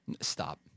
Stop